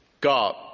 God